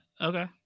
Okay